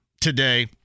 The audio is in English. today